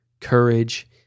courage